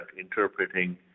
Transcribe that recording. interpreting